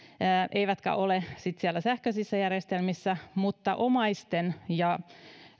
eivätkä ole sitten siellä sähköisissä järjestelmissä mutta omaisten ja